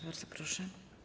Bardzo proszę.